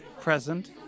present